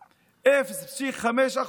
0.5%,